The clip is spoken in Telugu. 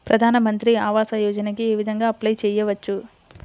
ప్రధాన మంత్రి ఆవాసయోజనకి ఏ విధంగా అప్లే చెయ్యవచ్చు?